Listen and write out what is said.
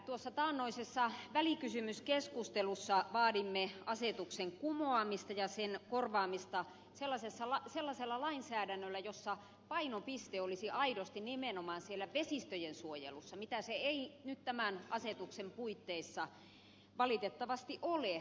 tuossa taannoisessa välikysymyskeskustelussa vaadimme asetuksen kumoamista ja sen korvaamista sellaisella lainsäädännöllä jossa painopiste olisi aidosti nimenomaan siellä vesistöjen suojelussa missä se ei nyt tämän asetuksen puitteissa valitettavasti ole